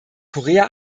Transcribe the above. korea